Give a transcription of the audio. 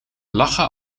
lachen